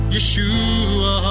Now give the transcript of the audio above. Yeshua